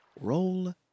Roll